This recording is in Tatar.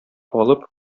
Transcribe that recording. алып